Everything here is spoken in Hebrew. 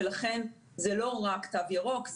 ולכן זה לא רק תו ירוק,